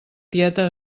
tieta